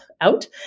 out